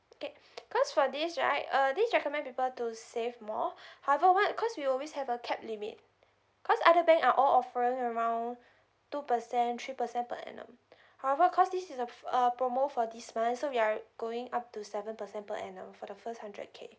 okay because for this right uh this recommend people to save more however what cause we always have a cap limit because other bank are all offer around two percent three percent per annum however because this is a uh promo for this month so we are going up to seven percent per annum for the first hundred K